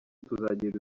tuzagira